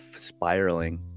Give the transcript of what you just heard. spiraling